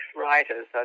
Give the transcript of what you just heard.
writers